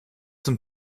zum